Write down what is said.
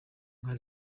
nka